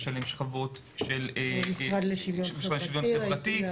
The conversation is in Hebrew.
שכבות של המשרד לשוויון חברתי,